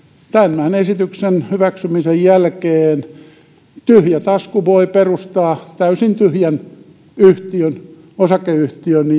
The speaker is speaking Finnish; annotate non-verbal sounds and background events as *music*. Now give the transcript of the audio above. tämän esityksen hyväksymisen jälkeen tyhjätasku voi perustaa täysin tyhjän osakeyhtiön *unintelligible*